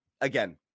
again